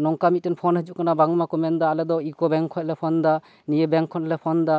ᱱᱚᱝᱠᱟ ᱢᱤᱫᱴᱮᱱ ᱯᱷᱳᱱ ᱦᱤᱡᱩᱜ ᱠᱟᱱᱟ ᱵᱟᱝ ᱢᱟᱠᱚ ᱢᱮᱱ ᱮᱫᱟ ᱟᱞᱮᱫᱚ ᱤᱭᱩᱠᱳ ᱵᱮᱝᱠ ᱠᱷᱚᱡ ᱞᱮ ᱯᱷᱳᱱ ᱮᱫᱟ ᱱᱤᱭᱟᱹ ᱵᱮᱝᱠ ᱠᱷᱚᱱ ᱞᱮ ᱯᱷᱳᱱ ᱮᱫᱟ